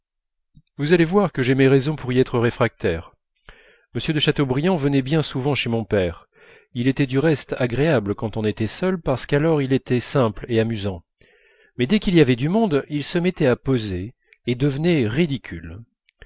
vous allez voir que j'ai mes raisons pour y être réfractaire m de chateaubriand venait bien souvent chez mon père il était du reste agréable quand on était seul parce qu'alors il était simple et amusant mais dès qu'il y avait du monde il se mettait à poser et devenait ridicule